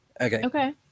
okay